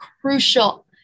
crucial